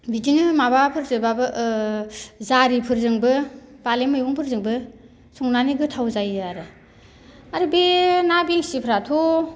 बिदिनो माबाफोरजोब्लाबो ओ जारिफोरजोंबो फालें मैगं फोरजोंबो संनानै गोथाव जायो आरो आरो बे ना बेंसिफ्राथ'